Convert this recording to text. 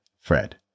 Fred